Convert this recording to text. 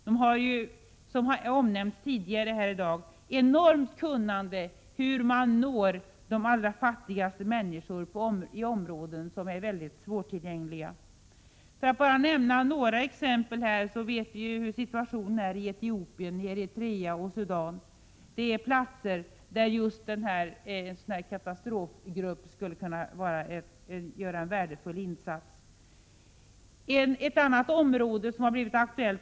De har ju, som omnämnts tidigare här i dag, ett enormt kunnande i hur man når de allra fattigaste människorna i svårtillgängliga områden. Vi vet ju — för att bara nämna några exempel — hur situationen är i Etiopien, Eritrea och Sudan. Där har vi platser där en sådan här katastrofgrupp skulle kunna göra värdefulla insatser.